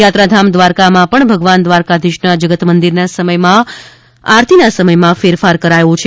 યાત્રાધામ દ્વારકામાં પણ ભગવાન દ્વારકાધીશના જગતમંદિરના સમયમાં ફેરફાર કરાયો છે